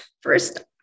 First